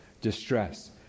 distress